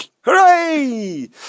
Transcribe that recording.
Hooray